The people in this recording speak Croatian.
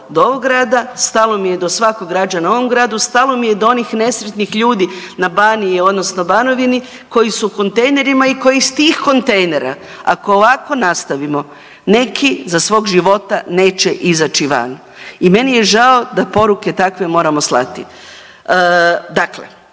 do ovog grada, stalo mi je do svakog građana u ovom gradu, stalo mi je do onih nesretnih ljudi na Baniji odnosno Banovini koji su u kontejnerima i koji iz tih kontejnera ako ovako nastavimo neki za svog života neće izaći van i meni je žao da poruke takve moramo slati.